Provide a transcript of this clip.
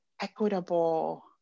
equitable